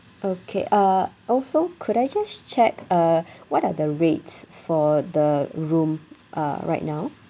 okay uh also could I just check uh what are the rates for the room uh right now